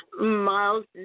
Miles